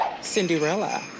Cinderella